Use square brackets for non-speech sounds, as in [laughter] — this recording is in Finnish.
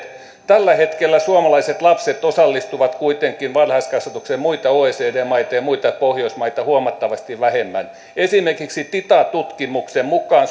tällä hetkellä suomalaiset lapset osallistuvat kuitenkin varhaiskasvatukseen muita oecd maita ja muita pohjoismaita huomattavasti vähemmän esimerkiksi tita tutkimuksen mukaan [unintelligible]